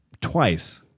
twice